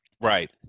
Right